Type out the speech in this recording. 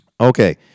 okay